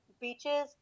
beaches